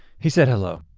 he said hello.